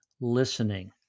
listening